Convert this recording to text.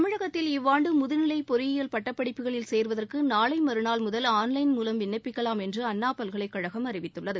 தமிழகத்தில் இவ்வாண்டு முதுநிலை பொறியியல் பட்டப்படிப்புகளில் சேருவதற்கு நாளை மறுநாள் முதல் ஆன்லைன் மூலம் விண்ணப்பிக்கலாம் என்று அண்ணா பல்கலைக்கழகம் அறிவித்துள்ளது